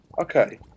okay